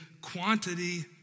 quantity